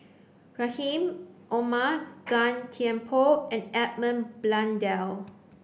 Rahim Omar Gan Thiam Poh and Edmund Blundell